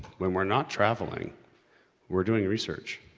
when we're not traveling we're doing research.